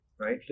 right